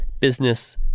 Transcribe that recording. business